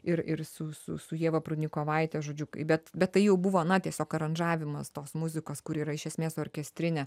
ir ir su su ieva prudnikovaite žodžiu bet bet tai jau buvo na tiesiog aranžavimas tos muzikos kuri yra iš esmės orkestrinė